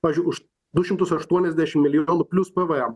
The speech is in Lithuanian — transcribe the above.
pavyzdžiui už du šimtus aštuoniasdešim milijonų plius pvm